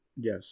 Yes